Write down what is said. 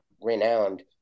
renowned